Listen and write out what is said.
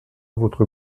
votre